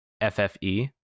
f-f-e